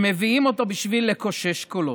הם מביאים אותו בשביל לקושש קולות.